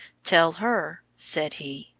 tell her, said he,